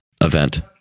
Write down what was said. event